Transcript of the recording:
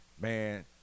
man